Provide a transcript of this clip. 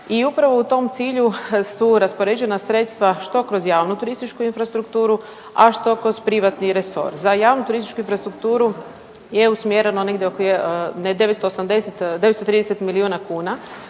i upravo u tom cilju su raspoređena sredstva što kroz javnu turističku infrastrukturu, a što kroz privatni resor. Za javnu turističku infrastrukturu je usmjereno negdje oko 930 milijuna kuna